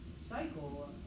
cycle